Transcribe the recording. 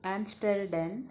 Amsterdam